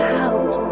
out